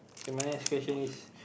K my next question is